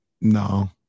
No